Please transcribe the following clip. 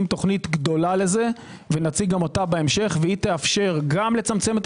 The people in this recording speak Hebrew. תוכנית גדולה לזה ונציג גם אותה בהמשך והיא תאפשר גם לצמצם את